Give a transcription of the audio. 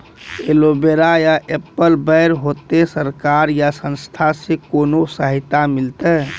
Aloe vera या apple बैर होते? सरकार या संस्था से कोनो सहायता मिलते?